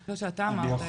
אני חושבת שאתה אמרת את זה.